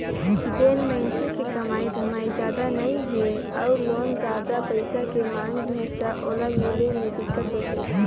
जेन मइनसे के कमाई धमाई जादा नइ हे अउ लोन जादा पइसा के मांग ही त ओला मिले मे दिक्कत होथे